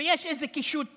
ויש איזה קישוט קטן,